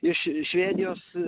iš švedijos